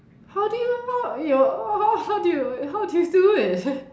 how do you know your how how did you how did you do it